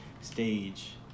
stage